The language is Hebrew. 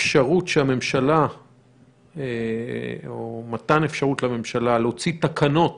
אפשרות שהממשלה או מתן אפשרות לממשלה להוציא תקנות